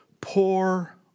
poor